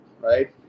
right